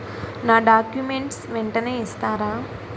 నా డాక్యుమెంట్స్ వెంటనే ఇస్తారా?